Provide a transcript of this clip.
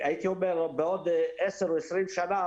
חוץ מאשר בעוד 10 או 20 שנה,